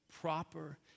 proper